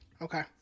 Okay